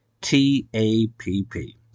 T-A-P-P